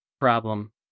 problem